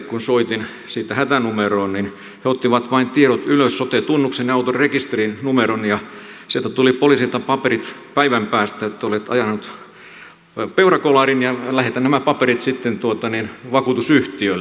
kun soitin siitä hätänumeroon niin he ottivat vain tiedot ylös sotutunnuksen ja auton rekisterinumeron ja sieltä tuli poliisilta paperit päivän päästä että olet ajanut peurakolarin ja lähetä nämä paperit sitten vakuutusyhtiölle